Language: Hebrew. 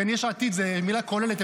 ויש עתיד זאת מילה כוללת,